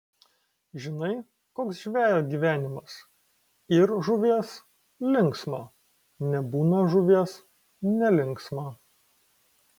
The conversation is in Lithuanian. žinai koks žvejo gyvenimas yr žuvies linksma nebūna žuvies nelinksma